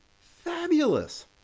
Fabulous